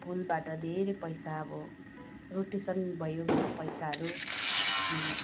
फुलबाट धेरै पैसा अब रोटेसन भयो मेरो पैसाहरू अनि